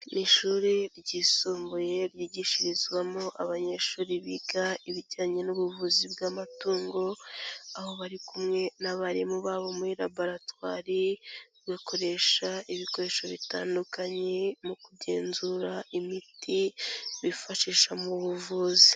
Ni ishuri ryisumbuye ryigishirizwamo abanyeshuri biga ibijyanye n'ubuvuzi bw'amatungo, aho bari kumwe n'abarimu babo muri laboratwari, bakoresha ibikoresho bitandukanye mu kugenzura imiti bifashisha mu buvuzi.